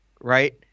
Right